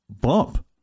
bump